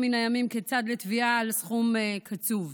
מן הימים כצד לתביעה על סכום קצוב.